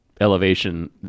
elevation